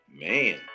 man